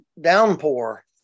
downpour